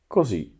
Così